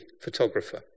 photographer